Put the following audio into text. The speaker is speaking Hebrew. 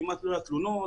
כמעט ולא היו תלונות.